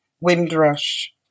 Windrush